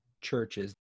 churches